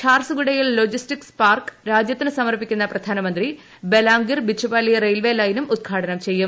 ഝാർസുഗുഡയിൽ logistics park രാജ്യത്തിനു സമർപ്പിക്കുന്ന അദ്ദേഹർ ബ്ലാംഗിർ ബിച്ചുപാലി റെയിൽവേ ലൈനും ഉദ്ഘാടനം ചെയ്യും